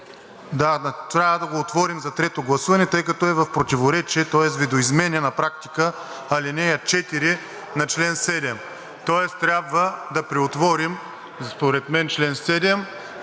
7 трябва да го отворим за трето гласуване, тъй като е в противоречие, тоест видоизменя на практика ал. 4 на чл. 7, тоест трябва да преотворим според мен чл. 7